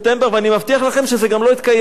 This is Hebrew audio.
ואני מבטיח לכם שזה גם לא יתקיים אז.